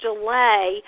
delay